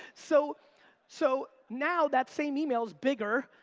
so so now that same email's bigger,